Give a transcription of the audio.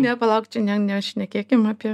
ne palauk čia ne ne šnekėkim apie